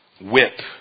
whip